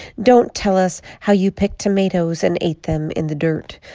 don't tell us how you picked tomatoes and ate them in the dirt,